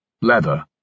leather